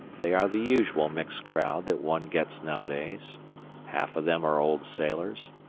they are the usual mixed crowd that one gets nowadays half of them are old sailors,